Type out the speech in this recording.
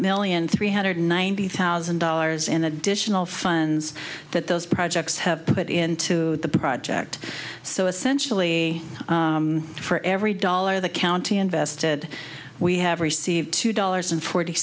million three hundred ninety thousand dollars in additional funds that those projects have put into the project so essentially for every dollar the county invested we have received two dollars and forty